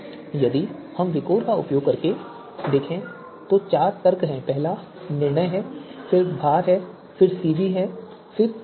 यदि हम विकोर के उपयोग को देखें तो चार तर्क हैं पहला निर्णय है फिर भार और फिर cb और फिर v